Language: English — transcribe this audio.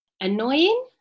annoying